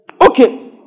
Okay